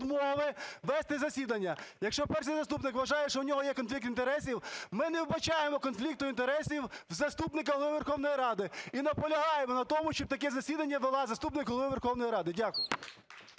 вести засідання. Якщо перший заступник вважає, що в нього є конфлікт інтересів, ми не вбачаємо конфлікту інтересів у заступника Голови Верховної Ради і наполягаємо на тому, щоб таке засідання вела заступник Голови Верховної Ради. Дякую.